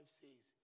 says